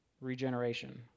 regeneration